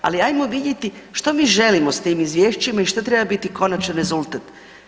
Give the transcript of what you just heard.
Ali jamo vidjeti što mi želimo s tim izvješćem i što treba biti konačni rezultat.